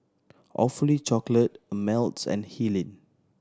Awfully Chocolate Ameltz and